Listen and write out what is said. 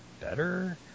better